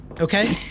Okay